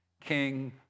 king